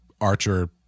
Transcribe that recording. Archer